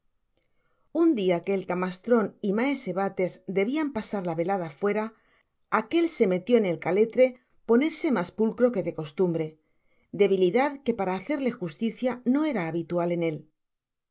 un dia que el camastron y maese bates debian pasar la velada fuera aquel se metió en el caletre ponerse mas pulero que de costumbre debilidad que para hacerle justicia no era habitual en él